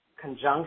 conjunction